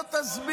לא נכון.